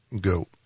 go